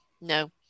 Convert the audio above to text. no